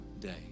day